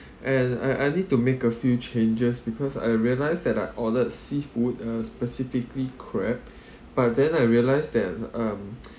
and I I need to make a few changes because I realise that I ordered seafood uh specifically crab but then I realise that um